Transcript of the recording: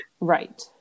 right